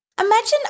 Imagine